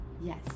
yes